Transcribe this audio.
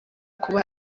kuba